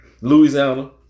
Louisiana